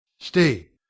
stay!